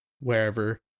wherever